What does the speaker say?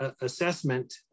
assessment